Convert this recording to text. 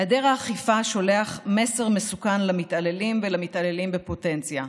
היעדר האכיפה שולח מסר מסוכן למתעללים ולמתעללים בפוטנציה: